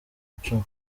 icumi